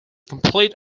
complete